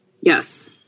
Yes